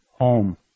home